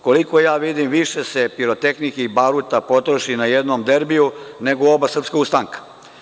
Koliko vidim više se pirotehnike i baruta potroši na jednom derbiju nego u oba srpska ustanka.